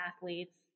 athletes